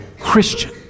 Christian